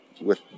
with-